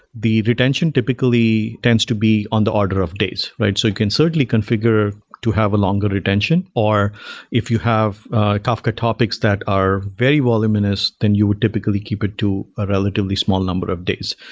the retention typically tends to be on the order of days. so you can certainly configure to have a longer retention, or if you have kafka topics that are very well luminous, then you would typically keep it to a relatively small number of days.